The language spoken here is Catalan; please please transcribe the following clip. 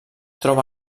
troba